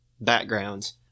backgrounds